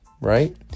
right